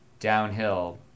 downhill